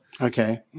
Okay